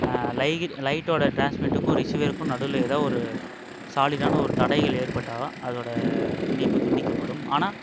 லை லைட்டோடு டிரான்ஸ்மிட்டுக்கும் ரிசீவருக்கும் நடுவில் ஏதாது ஒரு சாலிடான ஒரு தடைகள் ஏற்பட்டால் தான் அதோடு இணைப்பு துண்டிக்கப்படும் ஆனால்